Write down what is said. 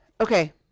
Okay